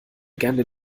gerne